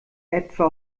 etwa